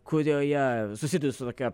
kurioje susiduri su tokia